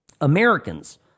Americans